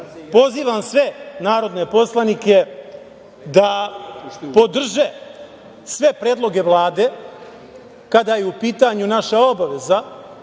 sve narodne poslanike da podrže sve predloge Vlade, kada je u pitanju naša obaveza